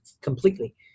completely